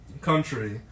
country